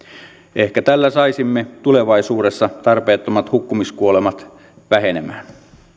ehkä tällä saisimme tulevaisuudessa tarpeettomat hukkumiskuolemat vähenemään